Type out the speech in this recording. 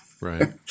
Right